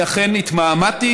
אני אכן התמהמהתי,